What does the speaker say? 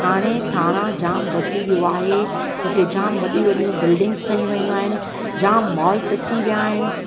हाणे ठाणा जाम वसी वियो आहे हुते जाम वडि॒यूं वडि॒यूं बिल्डिंग्स ठही वियूं आहिनि जाम मॉल्स अची विया आहिनि